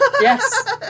Yes